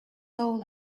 soul